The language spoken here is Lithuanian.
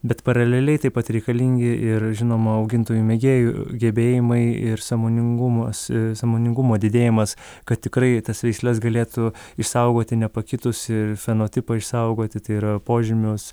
bet paraleliai taip pat reikalingi ir žinoma augintojų mėgėjų gebėjimai ir sąmoningumas sąmoningumo didėjimas kad tikrai tas veisles galėtų išsaugoti nepakitusį fenotipą išsaugoti tai yra požymius